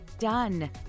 done